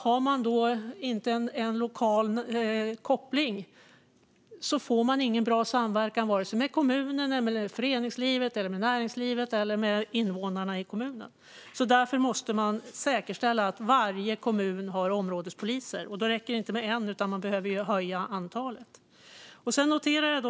Har man inte någon lokal koppling får man inte någon bra samverkan med vare sig kommunen, föreningslivet, näringslivet eller invånarna i kommunen. Därför måste man säkerställa att varje kommun har områdespoliser. Det räcker inte med en, utan man behöver öka antalet. Fru talman!